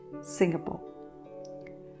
Singapore